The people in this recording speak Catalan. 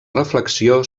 reflexió